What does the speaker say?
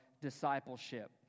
discipleship